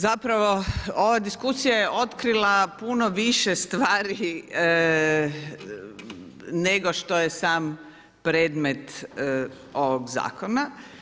Zapravo ova diskusija je otkrila puno više stvari nego što je sam predmet ovog zakona.